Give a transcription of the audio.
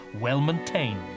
well-maintained